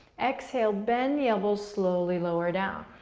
exhale, bend the elbows slowly, lower down.